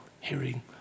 hearing